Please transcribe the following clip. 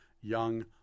young